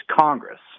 Congress